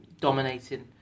dominating